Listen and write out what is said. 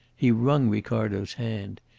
he wrung ricardo's hand.